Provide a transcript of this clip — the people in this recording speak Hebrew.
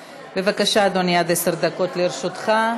בבקשה, אדוני, עד עשר דקות לרשותך.